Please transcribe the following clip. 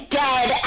dead